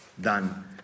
done